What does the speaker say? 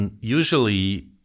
usually